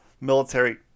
military